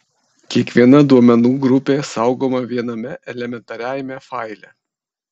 kiekviena duomenų grupė saugoma viename elementariajame faile